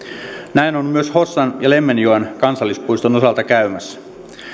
näin on myös hossan ja lemmenjoen kansallispuiston osalta käymässä